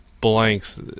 blanks